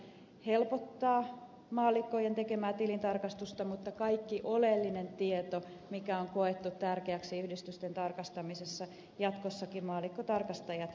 se jossain määrin helpottaa maallikkojen tekemää tilintarkastusta mutta siinä on kaikki oleellinen tieto mikä on koettu tärkeäksi niiden yhdistysten tarkastamisessa joissa jatkossakin maallikkotarkastajat tarkastavat